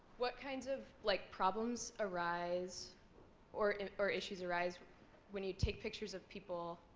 what kinds of like problems arise or and or issues arise when you take pictures of people